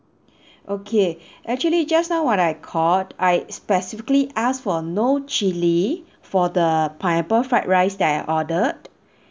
okay actually just now when I called I specifically asked for no chilli for the pineapple fried rice that I ordered